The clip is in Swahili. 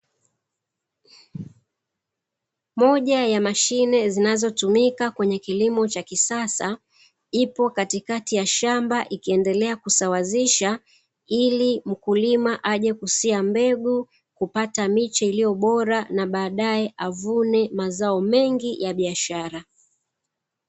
Moja ya mashine zinazotumika kwenye kilimo cha anasia mbegu ili aje avune mazao mengi ya biashara